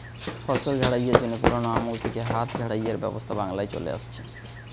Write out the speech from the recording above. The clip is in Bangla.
ফসল ঝাড়াইয়ের জন্যে পুরোনো আমল থিকে হাত ঝাড়াইয়ের ব্যবস্থা বাংলায় চলে আসছে